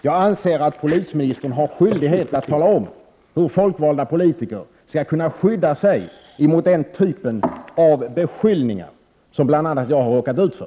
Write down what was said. Jag anser att polisministern har skyldighet att tala om hur folkvalda politiker skall kunna skydda sig mot den typ av beskyllningar som bl.a. jag har råkat ut för.